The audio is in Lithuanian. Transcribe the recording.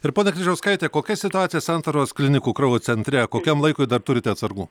ir ponia kryžauskaite kokia situacija santaros klinikų kraujo centre kokiam laikui dar turite atsargų